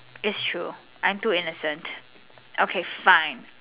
is true I am too innocent okay fine